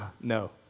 No